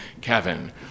Kevin